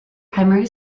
primary